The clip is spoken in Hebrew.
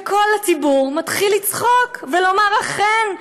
כל הציבור מתחיל לצחוק ולומר: אכן,